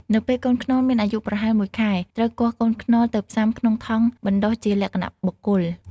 នៅពេលកូនខ្នុរមានអាយុប្រហែលមួយខែ ត្រូវគាស់កូនខ្នុរទៅផ្សាំក្នុងថង់បណ្តុះជាលក្ខណៈបុគ្គល។